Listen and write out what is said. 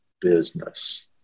business